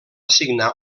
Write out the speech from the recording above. signar